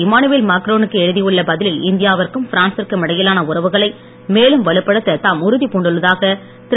Emmanuel மாக்ரோனுக்கு எழுதியுள்ள பதிலில் இந்தியாவிற்கும் பிரான்சிற்கும் இடையிலான உறவுகளை மேலும் வலுப்படுத்த தாம் உறுதி பூண்டுள்ளதாக திரு